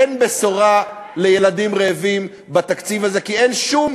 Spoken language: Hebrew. אין בשורה לילדים רעבים בתקציב הזה, כי אין שום